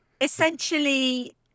essentially